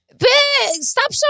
Stop